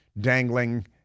dangling